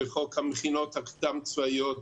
וחוק המכינות הקדם צבאיות,